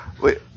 wait